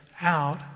out